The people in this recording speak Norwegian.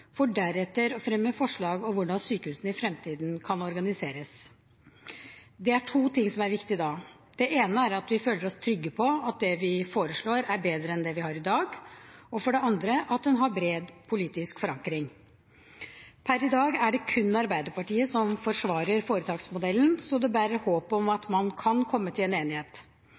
for deretter å fremme forslag om hvordan sykehusene i fremtiden kan organiseres. Det er to ting som er viktig da. Det ene er at vi føler oss trygge på at det vi foreslår, er bedre enn det vi har i dag, og det andre er at det har bred politisk forankring. Per i dag er det kun Arbeiderpartiet som forsvarer foretaksmodellen, så det bærer håp om at